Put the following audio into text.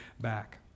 back